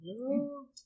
Hello